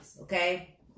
okay